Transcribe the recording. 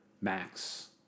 Max